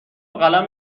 قلم